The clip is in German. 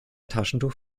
taschentuch